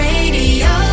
Radio